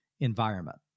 environment